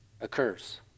occurs